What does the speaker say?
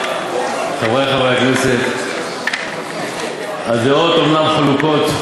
חברי חברי הכנסת, הדעות אומנם חלוקות,